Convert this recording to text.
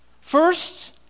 First